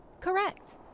Correct